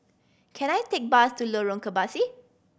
can I take bus to Lorong Kebasi